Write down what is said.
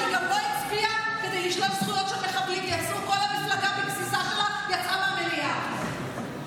כסף לרשות הוא מעביר.